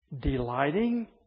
delighting